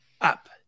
up